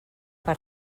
per